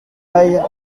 aille